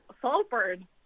Saltburn